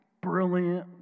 brilliant